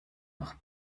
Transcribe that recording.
noch